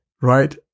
right